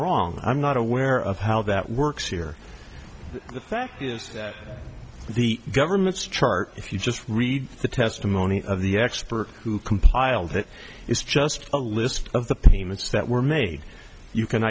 wrong i'm not aware of how that works here the fact is that the government's chart if you just read the testimony of the expert who compiled it is just a list of the payments that were made you can